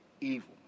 evil